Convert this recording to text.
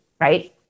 right